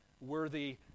worthy